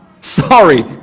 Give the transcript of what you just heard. Sorry